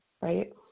right